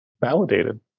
validated